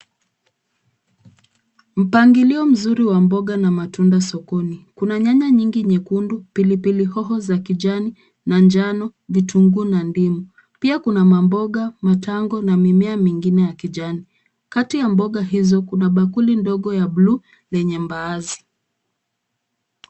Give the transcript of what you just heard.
Mpangilio mzuri wa mboga na matunda sokoni. Kuna nyanya nyingi nyekundu, pilipili hoho za kijani na njano, vitunguu na ndimu. Pia kuna maboga, matango na mimea mingine ya kijani. Kati ya mboga hizo, kuna bakuli ndogo ya buluu lenye mbaazi.